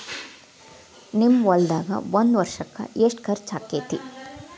ನಿಮ್ಮ ಹೊಲ್ದಾಗ ಒಂದ್ ವರ್ಷಕ್ಕ ಎಷ್ಟ ಖರ್ಚ್ ಆಕ್ಕೆತಿ?